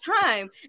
time